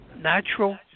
natural